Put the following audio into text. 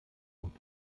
und